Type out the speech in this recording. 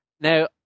Now